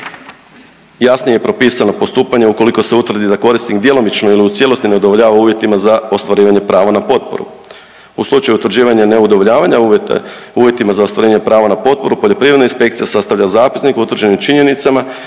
Jasnije je propisano postupanje ukoliko se utvrdi da korisnik djelomično ili u cijelosti ne udovoljava uvjetima za ostvarivanje prava na potporu. U slučaju utvrđivanja ne udovoljavanja uvjeta, uvjetima za ostvarivanje prava na potporu, poljoprivredna inspekcija sastavlja zapisnik o utvrđenim činjenicama,